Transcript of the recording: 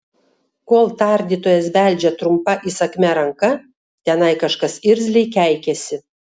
kol tardytojas beldžia trumpa įsakmia ranka tenai kažkas irzliai keikiasi